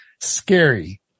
scary